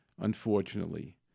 unfortunately